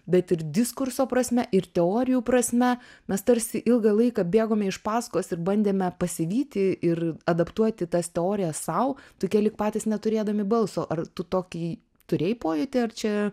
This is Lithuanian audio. bet ir diskurso prasme ir teorijų prasme mes tarsi ilgą laiką bėgome iš pasakos ir bandėme pasivyti ir adaptuoti tas teorijas sau tokie lyg patys neturėdami balso ar tu tokį turėjai pojūtį ar čia